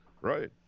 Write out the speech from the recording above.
Right